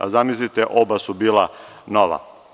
A zamislite – oba su bila nova.